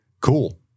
cool